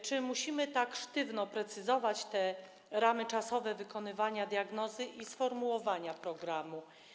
Czy musimy tak sztywno precyzować te ramy czasowe sporządzania diagnozy i formułowania programu?